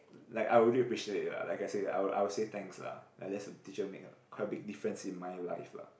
like I really appreciate it lah like I said I I'll say thanks lah at least the teacher make a quite big difference in my life lah